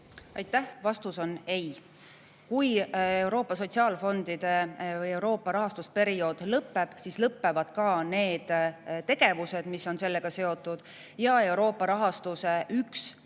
Aitäh! Vastus on ei. Kui Euroopa sotsiaalfondide või Euroopa rahastusperiood lõpeb, siis lõpevad ka need tegevused, mis on sellega seotud. Euroopa rahastuse üks